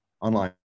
Online